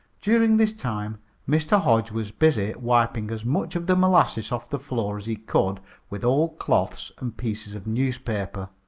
during this time mr. hodge was busy wiping as much of the molasses off the floor as he could with old cloths and pieces of newspaper.